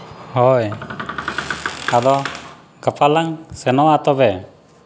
ᱦᱳᱭ ᱟᱫᱚ ᱜᱟᱯᱟ ᱞᱟᱝ ᱥᱮᱱᱚᱜᱼᱟ ᱛᱚᱵᱮ